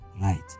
Right